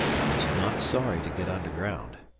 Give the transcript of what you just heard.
i was not sorry to get underground.